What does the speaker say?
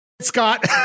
Scott